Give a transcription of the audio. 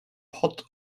pot